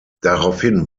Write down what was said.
daraufhin